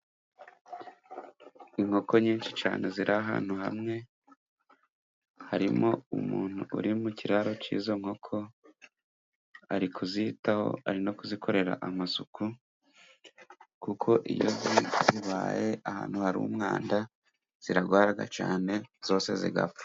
Inkoko nyinshi cyane ziri ahantu hamwe, harimo umuntu uri mu kiraro cy'izo nkoko ari kuzitaho ari no kuzikorera amasuku kuko iyo zibaye ahantu hari umwanda zirarwara cyane zose zigapfa.